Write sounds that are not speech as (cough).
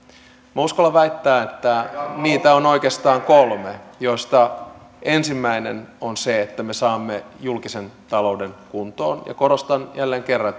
minä uskallan väittää että niitä on oikeastaan kolme joista ensimmäinen on se että me saamme julkisen talouden kuntoon ja korostan jälleen kerran (unintelligible)